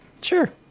Sure